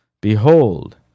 Behold